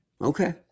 Okay